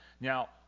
Now